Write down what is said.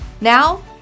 Now